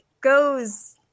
goes –